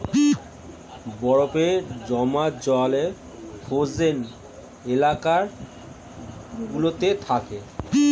বরফে জমা জল ফ্রোজেন এলাকা গুলোতে থাকে